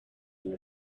will